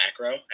macro